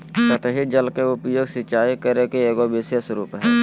सतही जल के उपयोग, सिंचाई करे के एगो विशेष रूप हइ